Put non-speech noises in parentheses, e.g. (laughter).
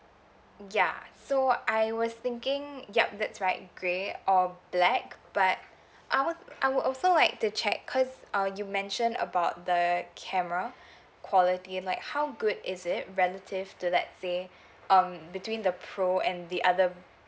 ya so I was thinking yup that's right grey or black but I would I would also like to check cause uh you mentioned about the camera (breath) quality and like how good is it relative to let's say um between the pro and the other